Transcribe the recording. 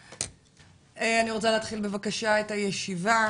אני רוצה להתחיל בבקשה את הישיבה.